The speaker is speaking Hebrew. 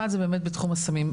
אחד זה באמת בתחום הסמים.